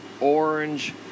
orange